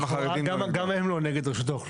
גם הם לא נגד רשות האוכלוסין.